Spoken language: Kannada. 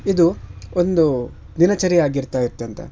ಇದು ಒಂದು ದಿನಚರಿಯಾಗಿರ್ತಾ ಇತ್ತಂತೆ